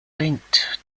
linked